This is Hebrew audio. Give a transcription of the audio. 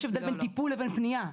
יש הבדל בין טיפול לבין פנייה.